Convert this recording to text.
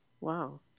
Wow